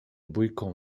bójką